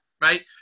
right